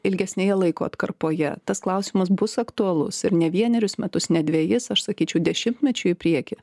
ilgesnėje laiko atkarpoje tas klausimas bus aktualus ir ne vienerius metus ne dvejus aš sakyčiau dešimtmečiui į priekį